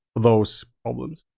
those problems.